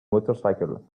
motorcycle